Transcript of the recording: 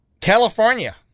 California